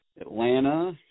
Atlanta